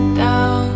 down